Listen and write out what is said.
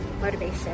motivation